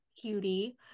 cutie